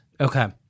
Okay